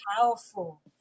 powerful